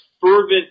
fervent